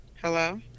Hello